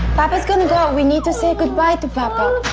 papa's going to go out, we need to say goodbye to papa.